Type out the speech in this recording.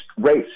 race